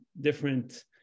different